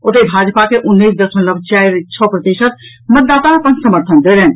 ओतहि भाजपा के उन्नैस दशमलव चारि छओ प्रतिशत मतदाता अपन समर्थन देलनि